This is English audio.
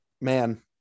Man